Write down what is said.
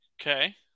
Okay